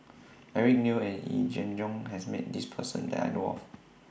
Eric Neo and Yee Jenn Jong has Met This Person that I know of